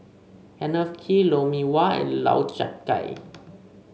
Kenneth Kee Lou Mee Wah and Lau Chiap Khai